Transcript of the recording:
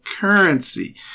Currency